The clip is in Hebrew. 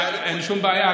אין שום בעיה.